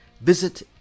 Visit